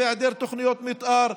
והיעדר תוכניות מתאר,